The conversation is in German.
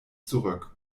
zurück